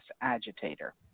agitator